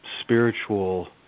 spiritual